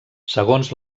segons